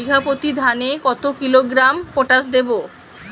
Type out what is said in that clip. বিঘাপ্রতি ধানে কত কিলোগ্রাম পটাশ দেবো?